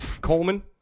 Coleman